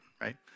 right